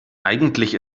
eigentlich